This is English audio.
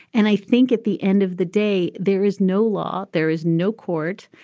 and i think at the end of the day there is no law there is no court.